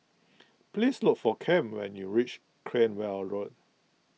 please look for Cam when you reach Cranwell Road